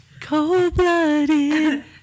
Cold-blooded